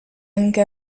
anche